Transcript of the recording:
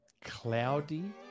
Cloudy